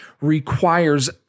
requires